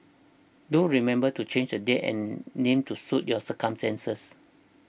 do remember to change the date and name to suit your circumstances